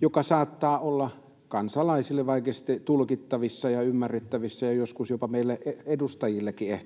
joka saattaa olla kansalaisille vaikeasti tulkittavissa ja ymmärrettävissä ja ehkä joskus jopa meille edustajillekin.